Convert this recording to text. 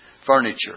furniture